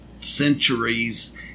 centuries